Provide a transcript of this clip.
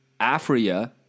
Afria